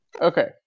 Okay